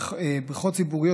בריכות ציבוריות,